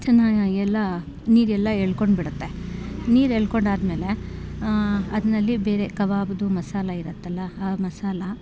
ಚೆನ್ನಾಗೆಲ್ಲ ನೀರೆಲ್ಲ ಎಳ್ಕೊಂಡ್ಬಿಡುತ್ತೆ ನೀರು ಎಳ್ಕೊಂಡಾದಮೇಲೆ ಅದ್ರಲ್ಲಿ ಬೇರೆ ಕಬಾಬ್ದು ಮಸಾಲ ಇರತ್ತಲ್ಲ ಆ ಮಸಾಲಾ